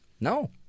No